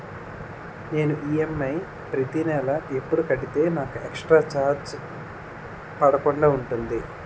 నేను ఈ.ఎమ్.ఐ ప్రతి నెల ఎపుడు కడితే నాకు ఎక్స్ స్త్ర చార్జెస్ పడకుండా ఉంటుంది?